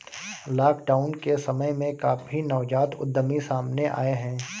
lockdown के समय में काफी नवजात उद्यमी सामने आए हैं